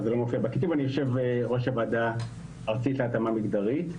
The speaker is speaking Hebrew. אני יושב ראש הוועדה הארצית להתאמה מגדרית.